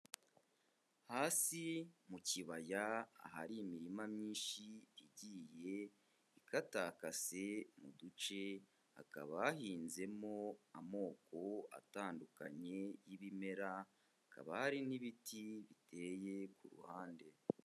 Hasi mu kibaya ahari imirima myinshi igiye ikatakase mu duce, hakaba hahinzemo amoko atandukanye y'ibimera, hakaba hari n'ibiti biteye ku ruhande.